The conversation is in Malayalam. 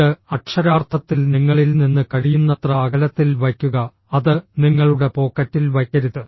ഇത് അക്ഷരാർത്ഥത്തിൽ നിങ്ങളിൽ നിന്ന് കഴിയുന്നത്ര അകലത്തിൽ വയ്ക്കുക അത് നിങ്ങളുടെ പോക്കറ്റിൽ വയ്ക്കരുത്